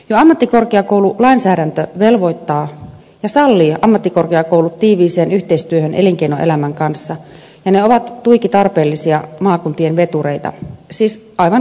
jo ammattikorkeakoululainsäädäntö velvoittaa ja sallii ammattikorkeakoulut tiiviiseen yhteistyöhön elinkeinoelämän kanssa ja ne ovat tuiki tarpeellisia maakuntien vetureita siis aivan kansantalouden kannalta